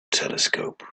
telescope